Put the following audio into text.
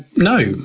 no,